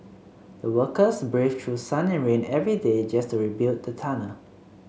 the workers braved through sun and rain every day just to build the tunnel